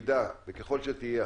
במידה וככל שתהיה,